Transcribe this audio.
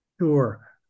Sure